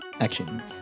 Action